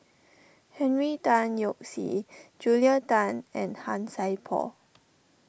Henry Tan Yoke See Julia Tan and Han Sai Por